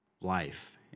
life